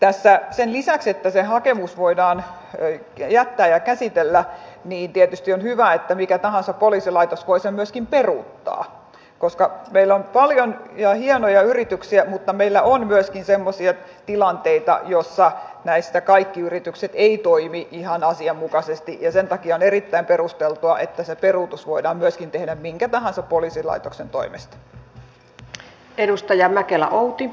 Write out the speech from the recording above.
tässä sen lisäksi että se hakemus voidaan jättää ja käsitellä tietysti on hyvä että mikä tahansa poliisilaitos voi sen myöskin peruuttaa koska meillä on paljon hienoja yrityksiä mutta meillä on myöskin semmoisia tilanteita joissa kaikki yritykset eivät toimi ihan asianmukaisesti ja sen takia on erittäin perusteltua että se peruutus voidaan myöskin tehdä minkä tahansa poliisilaitoksen toimesta